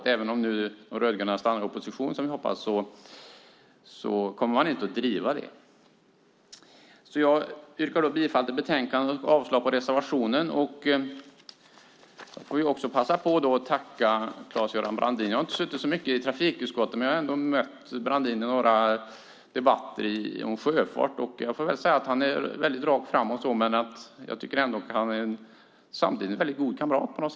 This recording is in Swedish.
Även om de rödgröna stannar i opposition, som vi hoppas, kommer de inte att driva frågan. Jag yrkar bifall till förslaget i betänkandet och avslag på reservationen. Jag passar på att tacka Claes-Göran Brandin. Jag har inte suttit så mycket i trafikutskottet, men jag har mött Brandin i några debatter om sjöfart. Han är väldigt rak och samtidigt en god kamrat.